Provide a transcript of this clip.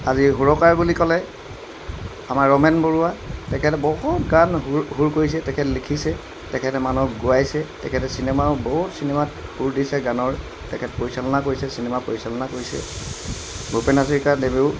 আজি সুৰকাৰ বুলি ক'লে আমাৰ ৰমেন বৰুৱা তেখেতে বহুত গান সুৰ সুৰ কৰিছে তেখেত লিখিছে তেখেতে মানুহক গোৱাইছে তেখেতে চিনেমাও বহুত চিনেমাত সুৰ দিছে গানৰ তেখেত পৰিচালনা কৰিছে চিনেমা পৰিচালনা কৰিছে ভূপেন হাজৰিকা দেৱেও